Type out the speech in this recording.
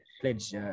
pledge